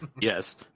Yes